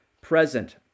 present